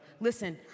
Listen